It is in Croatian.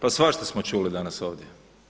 Pa svašta smo čuli danas ovdje.